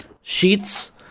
sheets